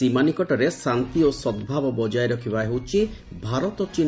ସୀମା ନିକଟରେ ଶାନ୍ତି ଓ ସଦ୍ଭାବ ବଜାୟ ରଖିବା ହେଉଛି ଭାରତ ଚୀନ୍